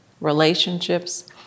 relationships